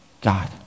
God